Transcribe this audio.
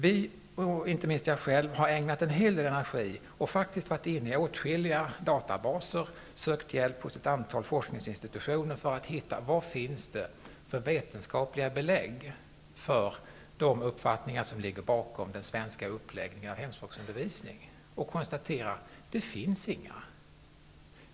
Vi, inte minst jag själv, har ägnat en hel del energi åt frågan, sökt i åtskilliga databaser och sökt hjälp hos ett antal forskningsinstitutioner för att hitta vad det finns för vetenskapliga belägg för de uppfattningar som ligger bakom den svenska uppläggningen av hemspråksundervisningen. Vi har kunnat konstatera: Det finns inga.